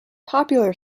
popular